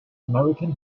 american